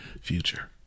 Future